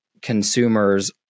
consumers